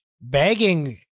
begging